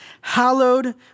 hallowed